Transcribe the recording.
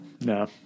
No